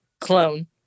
clone